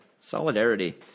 Solidarity